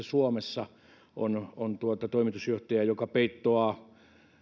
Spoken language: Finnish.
suomessa on on toimitusjohtaja joka peittoaa